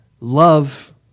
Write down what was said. love